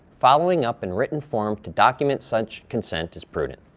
following up in written form to document such consent is prudent.